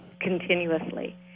Continuously